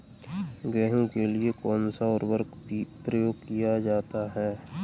गेहूँ के लिए कौनसा उर्वरक प्रयोग किया जाता है?